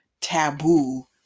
taboo